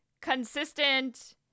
consistent